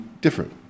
different